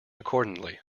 accordingly